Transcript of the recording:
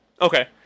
Okay